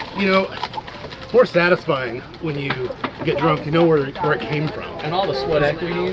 you know it's more satisfying when you get drunk you know where it and where it came from. and all the sweat equity.